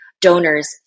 donors